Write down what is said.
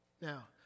Now